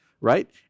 right